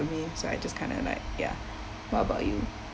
me so I just kind of like ya what about you